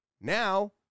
now